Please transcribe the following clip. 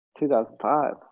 2005